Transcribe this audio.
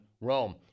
Rome